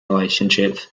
relationships